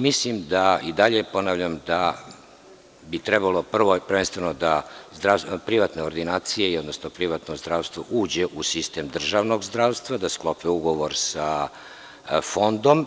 Mislim da, i dalje ponavljam da bi trebalo prvenstveno da privatne ordinacije, odnosno privatno zdravstvo uđe u sistem državnog zdravstva, da sklope ugovor sa fondom,